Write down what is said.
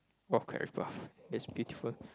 !wah! crab bar it's beautiful